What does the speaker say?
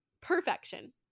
perfection